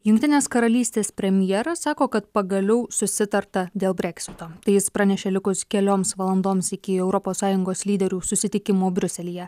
jungtinės karalystės premjeras sako kad pagaliau susitarta dėl breksito tai jis pranešė likus kelioms valandoms iki europos sąjungos lyderių susitikimo briuselyje